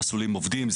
המסלולים עובדים.